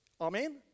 amen